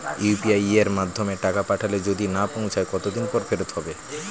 UPI য়ের মাধ্যমে টাকা পাঠালে যদি না পৌছায় কতক্ষন পর ফেরত হবে?